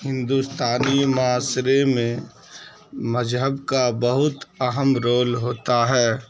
ہندوستانی معاشرے میں مذہب کا بہت اہم رول ہوتا ہے